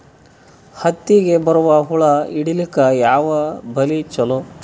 ಹತ್ತಿಗ ಬರುವ ಹುಳ ಹಿಡೀಲಿಕ ಯಾವ ಬಲಿ ಚಲೋ?